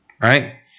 right